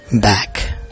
back